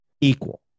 equal